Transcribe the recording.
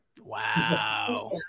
Wow